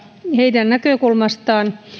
heidän näkökulmastaan